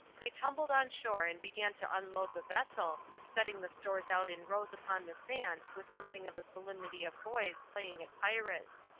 they tumbled on shore and began to unload the vessel, setting the stores out in rows upon the sand with something of the solemnity of boys playing at pirates.